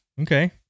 okay